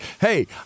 hey